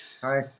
Hi